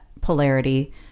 polarity